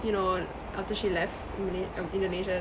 you know after she left malay~ um indonesia